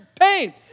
pain